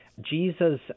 Jesus